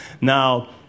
Now